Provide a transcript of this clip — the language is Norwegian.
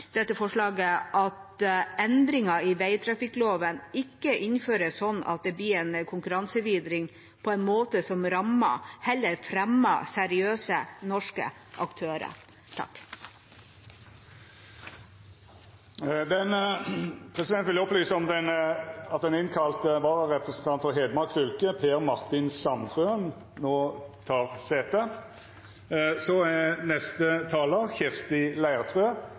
at endringer i vegtrafikkloven ikke innføres på en slik måte at det fører til en konkurransevridning som rammer, men heller fremmer seriøse norske aktører. Presidenten vil opplysa om at den innkalla vararepresentanten frå Hedmark fylke, Per Martin Sandtrøen , no tek sete. Først vil jeg gå til sak nr. 10, som er